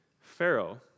Pharaoh